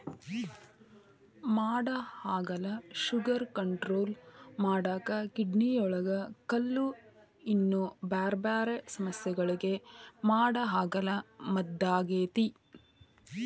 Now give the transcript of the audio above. ಮಾಡಹಾಗಲ sugar control ಮಾಡಾಕ, ಕಿಡ್ನಿಯೊಳಗ ಕಲ್ಲು, ಇನ್ನೂ ಬ್ಯಾರ್ಬ್ಯಾರೇ ಸಮಸ್ಯಗಳಿಗೆ ಮಾಡಹಾಗಲ ಮದ್ದಾಗೇತಿ